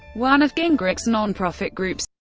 one of gingrich's nonprofit groups,